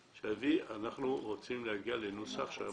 -- מי אמור להגיש את הדוח?